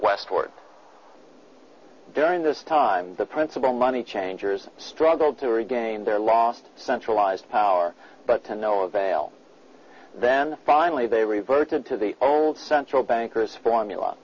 westward during this time the principle money changers struggled to regain their lost centralized power but to no avail then finally they reverted to the old central bankers formula